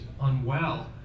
unwell